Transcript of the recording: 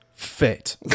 fit